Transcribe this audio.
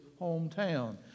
hometown